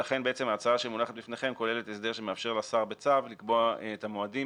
לכן ההצעה שמונחת בפניכם כוללת הסדר שמאפשר לשר בצו לקבוע את המועדים